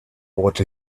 what